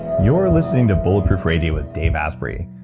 you're listening to bulletproof radio with dave asprey.